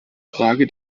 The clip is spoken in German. frage